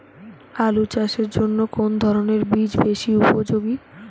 আলু চাষের জন্য কোন ধরণের বীজ বেশি উপযোগী?